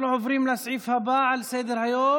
אנחנו עוברים לסעיף הבא בסדר-היום,